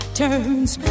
turns